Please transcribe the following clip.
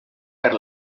per